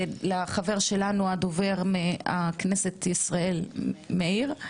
לחבר שלנו דובר כנסת ישראל מאיר.